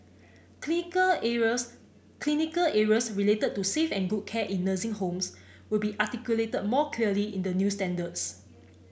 clinical areas clinical areas related to safe and good care in nursing homes will be articulated more clearly in the new standards